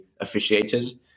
officiated